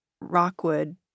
Rockwood